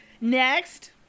Next